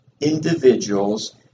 individuals